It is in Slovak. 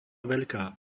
veľká